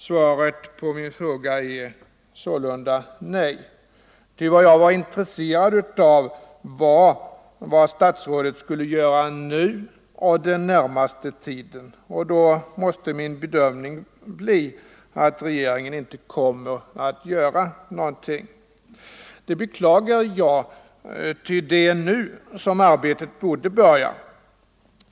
Svaret på min fråga är sålunda nej, ty vad jag var intresserad av var vad statsrådet skulle göra nu och under den närmaste tiden. Då måste min bedömning bli att regeringen inte kommer att göra någonting. Det beklagar jag, ty det är nu som arbetet borde börja.